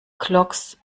clogs